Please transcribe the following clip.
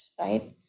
right